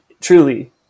truly